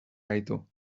gaitu